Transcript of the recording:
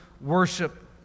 worship